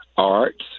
arts